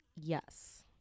Yes